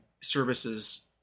services